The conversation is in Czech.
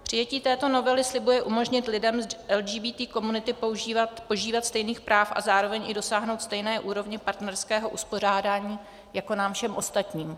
Přijetí této novely slibuje umožnit lidem z LGBT komunity požívat stejných práv a zároveň i dosáhnout stejné úrovně partnerského uspořádání jako nám všem ostatním.